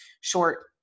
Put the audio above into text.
short